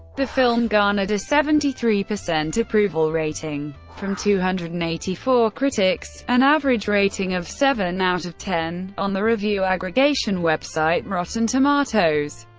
the film garnered a seventy three percent approval rating from two hundred and eighty four critics an average rating of seven out of ten on the review-aggregation website rotten tomatoes,